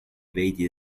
veidi